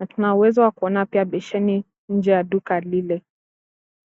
na tuna uwezo wa kuona pia besheni nje ya duka lile.